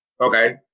Okay